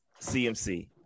CMC